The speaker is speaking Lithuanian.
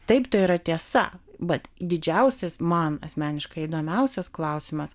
taip tai yra tiesa bet didžiausias man asmeniškai įdomiausias klausimas